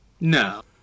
No